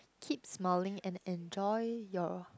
keep smiling and enjoy your